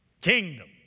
kingdom